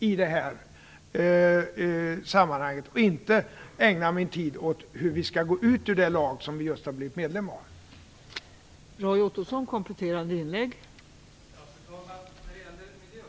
Jag ägnar inte min tid åt hur vi skall gå ur det lag som vi just har blivit medlemmar av.